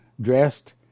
dressed